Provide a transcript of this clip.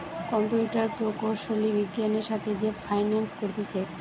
computer প্রকৌশলী বিজ্ঞানের সাথে যে ফাইন্যান্স করতিছে